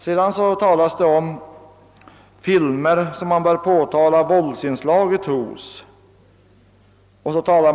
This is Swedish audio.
Sedan talade herr Hermansson om filmer vilkas våldsinslag bör påtalas.